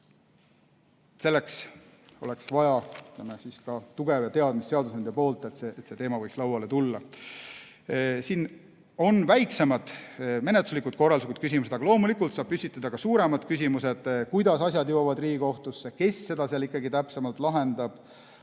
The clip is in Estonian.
Selleks oleks vaja ka seadusandja tugevat teadmist, et see teema võiks lauale tulla. Siin on väiksemad menetluslikud, korralduslikud küsimused, aga loomulikult saab püstitada ka suuremad küsimused, kuidas asjad jõuavad Riigikohtusse, kes seda seal ikkagi täpsemalt lahendab. Ma